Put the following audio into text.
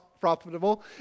profitable